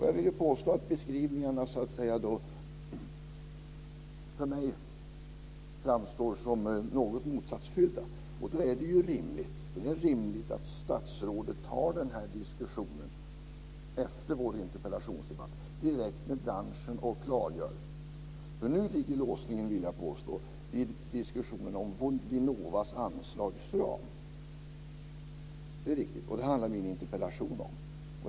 Jag vill påstå att beskrivningarna för mig framstår som något motsatsfulla. Det är därför rimligt att statsrådet efter vår interpellationsdebatt tar den här diskussionen direkt med branschen och klargör hur det förhåller sig. Nu ligger låsningen, vill jag påstå, vid diskussionen om Vinnovas anslagsram, och det är vad min interpellation handlar om.